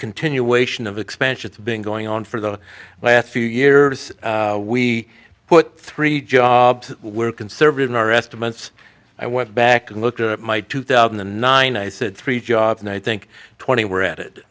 continuation of expansion has been going on for the last few years we put three we're conservative in our estimates i went back and looked at my two thousand and nine i said three jobs and i think twenty were at it